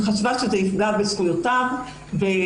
שחשבה שזה יפגע בזכויותיו של הנאשם,